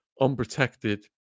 unprotected